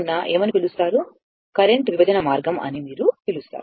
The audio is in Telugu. ఉన్న ఏమని పిలుస్తారు కరెంట్ విభజన మార్గం అని మీరు పిలుస్తారు